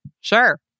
Sure